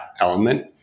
element